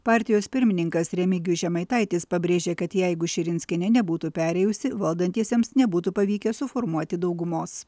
partijos pirmininkas remigijus žemaitaitis pabrėžė kad jeigu širinskienė nebūtų perėjusi valdantiesiems nebūtų pavykę suformuoti daugumos